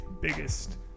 biggest